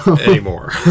Anymore